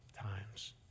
times